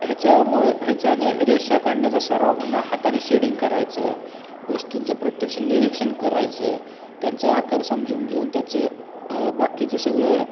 ह्याच्यामुळे ह्याच्याने रेषा काढण्याचा सराव म्हणा हाताने शेडिंग करायचं वस्तूंचं प्रत्यक्ष निरीक्षण करायचं त्यांचं आकार समजून घेऊन त्याचं बाकीचं सगळं